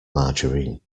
margarine